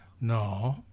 no